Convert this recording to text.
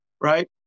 right